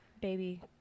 baby